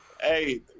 Hey